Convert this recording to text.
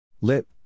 Lip